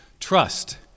trust